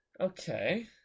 okay